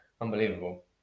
unbelievable